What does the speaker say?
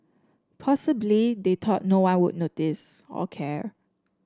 possibly they thought no one would notice or care